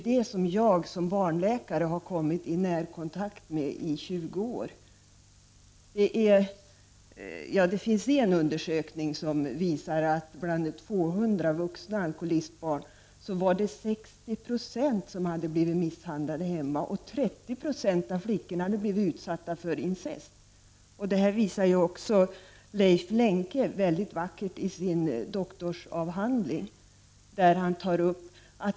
Detta har jag som barnläkare kommit i närkontakt med under 20 års tid. Det finns en undersökning som visar att 60 20 av 200 barn till alkoholister blivit misshandlade i hemmet. Av flickor i den gruppen hade 30 96 utsatts för incest. Sambandet mellan alkohol och våld framställer Leif Lenke på ett mycket fint sätt i sin doktorsavhandling.